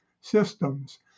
systems